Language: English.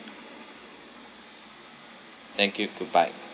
thank you goodbye